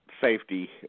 safety